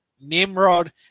Nimrod